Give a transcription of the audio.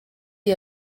iyi